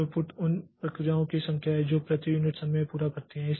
throughput उन प्रक्रियाओं की संख्या है जो प्रति यूनिट समय पूरा करती हैं